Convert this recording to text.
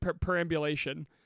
perambulation